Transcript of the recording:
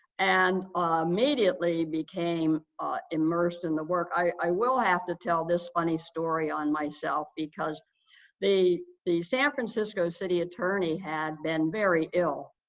and immediately became immersed in the work. i will have to tell this funny story on myself because the the san francisco city attorney had been very ill,